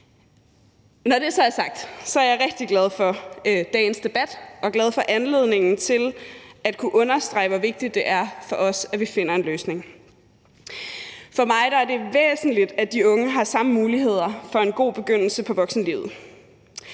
Når det så er sagt, er jeg rigtig glad for dagens debat og glad for anledningen til at kunne understrege, hvor vigtigt det er for os, at vi finder en løsning. For mig er det væsentligt, at de unge har samme muligheder for en god begyndelse på voksenlivet.